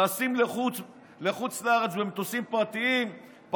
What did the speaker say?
טסים לחוץ לארץ במטוסים פרטיים,